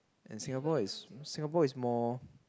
and Singapore is Singapore is more